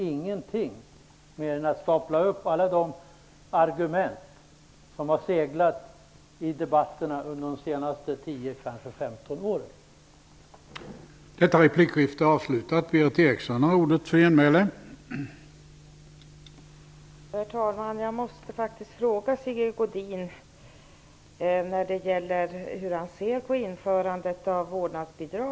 Ingenting, mer än stapla upp alla de argument som seglat omkring i debatten under de tio, kanske femton, senaste åren.